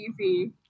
easy